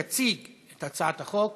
יציג את הצעת החוק